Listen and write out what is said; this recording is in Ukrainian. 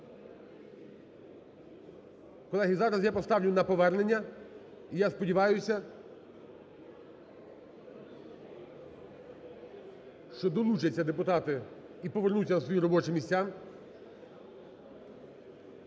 Колеги, зараз я поставлю на повернення, і я сподіваюся, що долучаться депутати і повернуться на свої робочі місця.